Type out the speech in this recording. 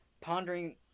pondering